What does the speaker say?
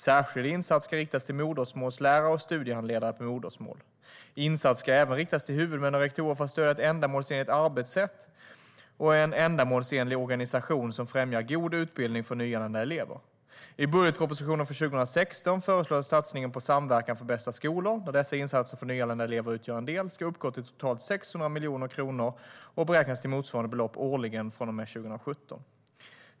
Särskilda insatser ska riktas till modersmålslärare och studiehandledare på modersmål. Insatser ska även riktas till huvudmän och rektorer för att stödja ett ändamålsenligt arbetssätt och en ändamålsenlig organisation som främjar en god utbildning för nyanlända elever. I budgetpropositionen för 2016 föreslås att satsningen på samverkan för bästa skola, där insatserna för nyanlända elever utgör en del, ska uppgå till totalt 600 miljoner kronor och beräknas till motsvarande belopp årligen från och med 2017.